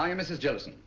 um mrs. jellison.